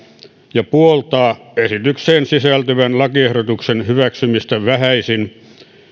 ja puoltaa esitykseen sisältyvän lakiehdotuksen hyväksymistä vähäisin